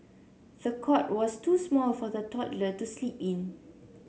the cot was too small for the toddler to sleep in